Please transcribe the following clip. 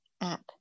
app